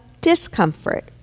discomfort